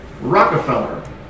Rockefeller